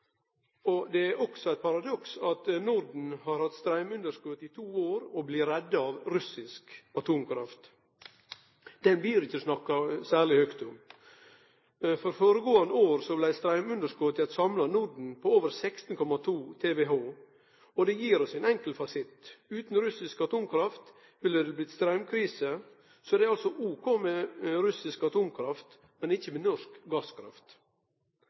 gitt. Det er også eit paradoks at Norden har hatt straumunderskot i to år og blir redda av russisk atomkraft. Det blir det ikkje snakka særleg høgt om. For føregåande året blei straumunderskotet i eit samla Norden på over 16,2 TWh. Det gir oss ein enkel fasit. Utan russisk atomkraft ville det blitt straumkrise. Det er altså ok med russisk atomkraft, men ikkje med norsk gasskraft.